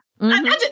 Imagine